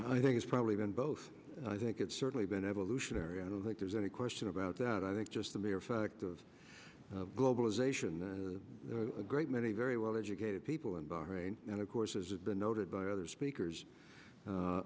i think it's probably been both i think it's certainly been evolutionary i don't think there's any question about that i think just the mere fact of globalization the a great many very well educated people and of course as has been noted by other speakers